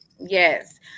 Yes